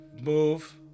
move